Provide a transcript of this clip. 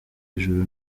hejuru